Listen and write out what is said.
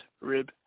rib